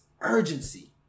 urgency